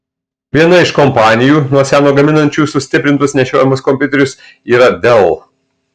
viena iš kompanijų nuo seno gaminančių sustiprintus nešiojamus kompiuterius yra dell